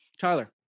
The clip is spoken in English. Tyler